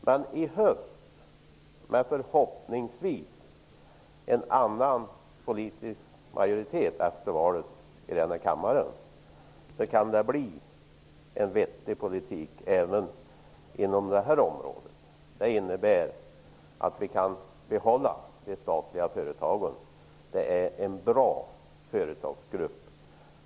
Men i höst, efter valet, med en förhoppningsvis annan politisk majoritet i denna kammare kan det bli en vettig politik även inom det här området. Det innebär att de statliga företagen kan behållas. Det är en bra företagsgrupp.